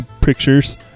Pictures